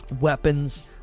weapons